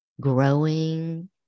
growing